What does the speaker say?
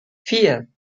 vier